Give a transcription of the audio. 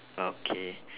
okay